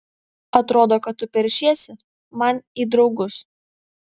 atrodo kad tu peršiesi man į draugus